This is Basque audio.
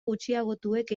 gutxiagotuek